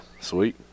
Sweet